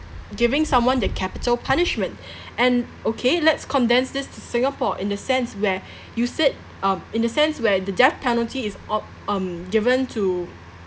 giving someone the capital punishment and okay let's condense this to singapore in the sense where you said um in a sense where the death penalty is o~ um given to